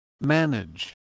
manage